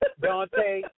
Dante